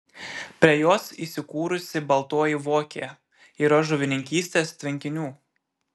prie jos įsikūrusi baltoji vokė yra žuvininkystės tvenkinių